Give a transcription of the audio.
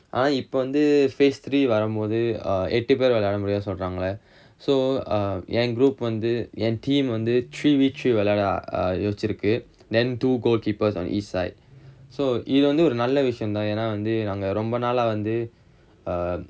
ஆனா இப்ப வந்து:aanaa ippa vanthu phase three வரமோது எட்டு பேரு விளையாட முடியாது சொல்றாங்கல்ல:varamothu ettu peru vilaiyaada mudiyaathu solraangallaa so err என்:en group வந்து என்:vanthu en team வந்து:vanthu three verses three விளையாட யோசிச்சுருக்கு:vilaiyaada yosichurukku then two goalkeepers on each side so இத வந்து ஒரு நல்ல விஷயந்தா ஏன்னா வந்து நாங்க ரொம்ப நாளா வந்து:itha vanthu oru nalla vishayantha yaenna vanthu naanga romba naalaa vanthu err